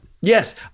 Yes